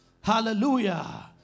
Hallelujah